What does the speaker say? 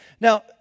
Now